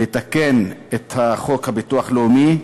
לתקן את חוק הביטוח הלאומי.